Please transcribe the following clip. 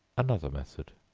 another method.